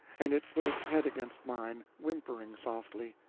and it put its head against mine, whimpering softly,